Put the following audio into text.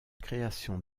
création